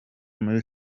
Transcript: muri